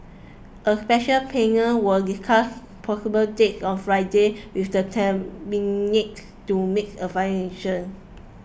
a special panel will discuss possible dates on Friday with the Cabinet to make a final decision